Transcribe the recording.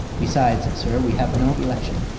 besides, sir, we have no election.